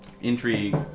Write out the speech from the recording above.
intrigue